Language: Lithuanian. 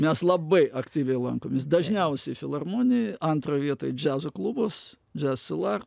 mes labai aktyviai lankomės dažniausiai filharmonijoj antroj vietoj džiazo klubas jazz cellar